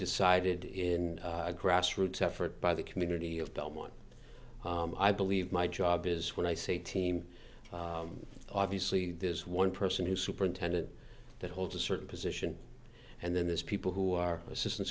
decided in a grassroots effort by the community of belmont i believe my job is when i say team obviously there's one person who superintendent that holds a certain position and then there's people who are assistan